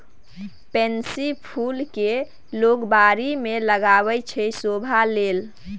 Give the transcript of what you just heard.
pansy फुल केँ लोक बारी मे लगाबै छै शोभा लेल